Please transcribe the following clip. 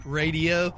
radio